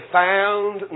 found